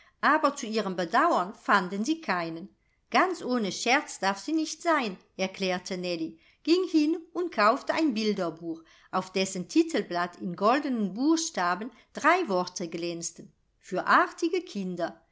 aber zu ihrem bedauern fanden sie keinen ganz ohne scherz darf sie nicht sein erklärte nellie ging hin und kaufte ein bilderbuch auf dessen titelblatt in goldenen buchstaben drei worte glänzten für artige kinder